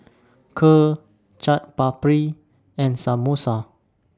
Kheer Chaat Papri and Samosa